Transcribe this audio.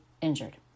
injured